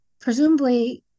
presumably